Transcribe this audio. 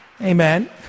Amen